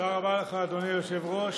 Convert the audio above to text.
רבה לך, אדוני היושב-ראש.